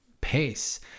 pace